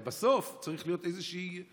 אבל בסוף צריכה להיות איזו סימטריה.